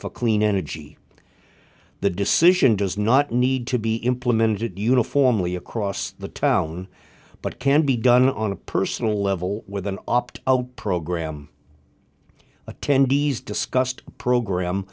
for clean energy the decision does not need to be implemented uniformly across the town but can be done on a personal level with an opt out program attendees discussed program